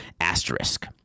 asterisk